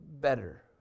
better